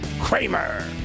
Kramer